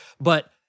but-